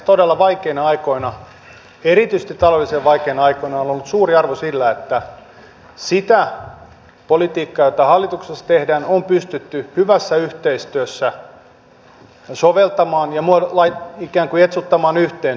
todella vaikeina aikoina erityisesti taloudellisesti vaikeina aikoina on ollut suuri arvo sillä että sitä politiikkaa jota hallituksessa tehdään on pystytty hyvässä yhteistyössä soveltamaan ja ikään kuin jetsuttamaan yhteen työmarkkinoiden kanssa